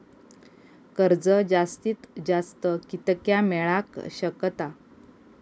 कर्ज जास्तीत जास्त कितक्या मेळाक शकता?